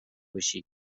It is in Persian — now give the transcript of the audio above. باشی